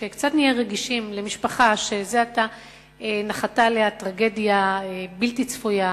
שקצת נהיה רגישים למשפחה שזה עתה נחתה עליה טרגדיה בלתי צפויה.